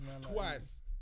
twice